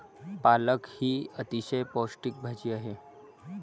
पालक ही अतिशय पौष्टिक भाजी आहे